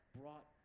brought